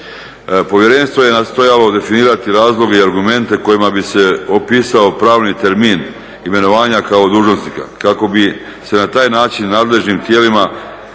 Povjerenstvo je nastojalo definirati razloge i argumente kojima bi se opisao pravni termin imenovanja kao dužnosnika kako bi se na taj način nadležnim tijelima dale